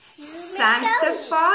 Sanctify